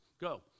Go